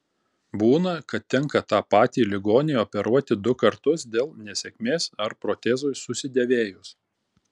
būna kad tenka tą patį ligonį operuoti du kartus dėl nesėkmės ar protezui susidėvėjus